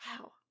Wow